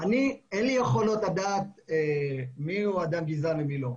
אין לי יכולות לדעת מיהו אדם גזען ומי לא,